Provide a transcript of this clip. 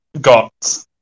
got